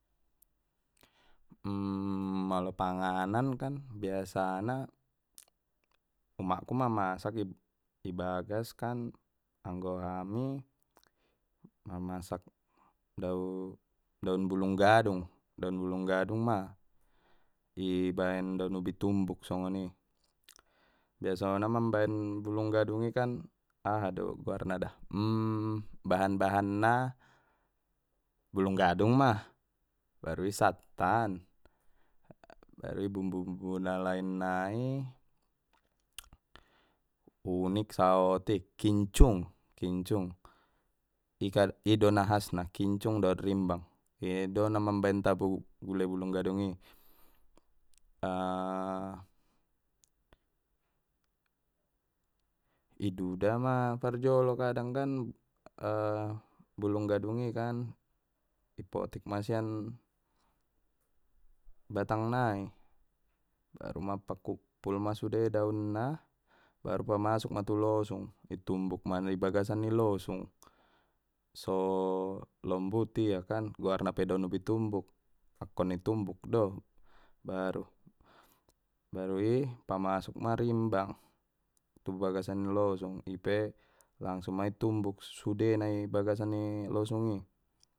molo panganan kan biasana, umakku ma masak ibagas kan anggo ami mamasak daun, daun bulung gadung daun bulung gadung ma i baen daun ubi tumbuk songoni, biasona mambaen bulung gadung i kan aha do guarna dah bahan bahan na bulung gadung ma baru i sattan baru i bumbu na lain nai, unik saotik kincung kincung i do na khasna kincung dot rimbang ido na mambaen tabo gule bulung gadung i. I duda ma parjolo kadang kan bulung gadung i kan i potik ma sian, batang nai baru ma pakkupul ma sude daun na baru pamasuk ma tu losung i tumbuk ma na ibagasan ni losung so lombut ia kan goarna pe daun ubi tumbuk akkon na i tumbuk do baru baru i pamasuk ma rimbang tubagasan losung ipe langsung ma i tumbuk sude na ibagasan ni losung i.